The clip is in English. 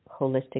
holistic